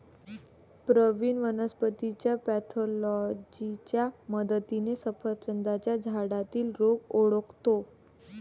प्रवीण वनस्पतीच्या पॅथॉलॉजीच्या मदतीने सफरचंदाच्या झाडातील रोग ओळखतो